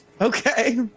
Okay